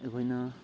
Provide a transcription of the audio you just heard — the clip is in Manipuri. ꯑꯩꯈꯣꯏꯅ